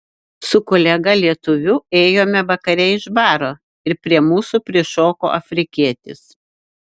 su kolega lietuviu ėjome vakare iš baro ir prie mūsų prišoko afrikietis